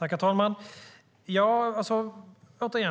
Herr talman!